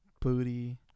Booty